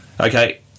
Okay